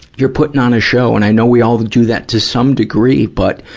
you're putting on a show. and i know we all do that to some degree, but,